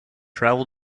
travel